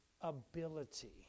ability